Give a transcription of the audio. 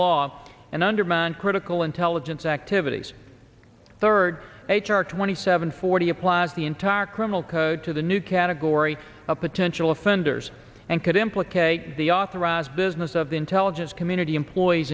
law and undermine critical intelligence activities third h r twenty seven forty applies the entire criminal code to the new category of potential offenders and could implicate the authorized business of the intelligence community employees